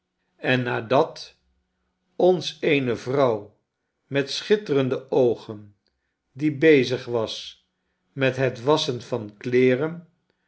en nadat ons eene vrouw met schitterende oogen die bezig was met het wasschen van kleeren